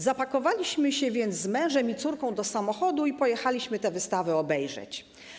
Zapakowaliśmy się więc z mężem i córką do samochodu i pojechaliśmy tę wystawę obejrzeć.